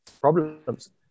problems